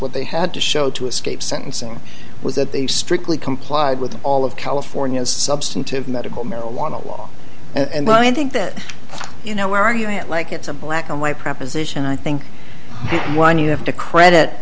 what they had to show to escape sentencing was that they strictly complied with all of california's substantive medical marijuana law and i think that you know where you have like it's a black and white proposition i think the one you have to credit